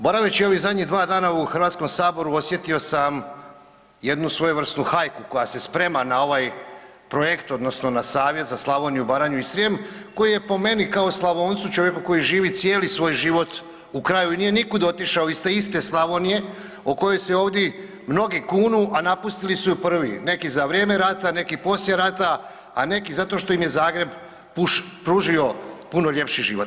Boraveći ovih zadnjih 2 dana u Hrvatskom saboru osjetio sam jednu svojevrsnu hajku koja se sprema na ovaj projekt odnosno na savjet za Slavoniju, Baranju i Srijem koji je po meni kao Slavoncu čovjeku koji živi cijeli svoj život u kraju i nije nikud otišao iz te iste Slavonije o kojoj se ovdi mnogi kunu, a napustili su ju prvi, neki za vrijeme rata, neki poslije rata, a neki zato što im je Zagreb pružio puno ljepši život.